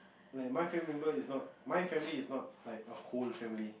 like my family member is not my family is not like a whole family